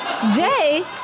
Jay